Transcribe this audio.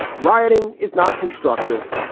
rioting is not constructive,